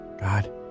God